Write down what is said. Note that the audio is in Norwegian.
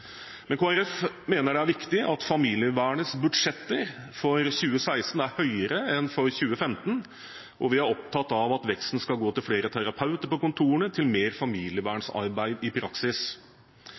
Men Kristelig Folkeparti mener det er viktig at familievernets budsjetter for 2016 er høyere enn for 2015. Vi er opptatt av at veksten skal gå til flere terapeuter på kontorene og til mer familievernarbeid i praksis.